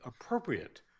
appropriate